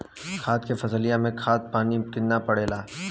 धान क फसलिया मे खाद पानी कितना पड़े ला?